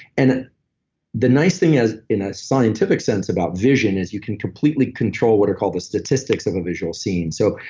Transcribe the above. and the nice thing is, in a scientific sense about vision is you can completely control what are called the statistics of a visual scene. so,